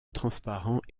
transparent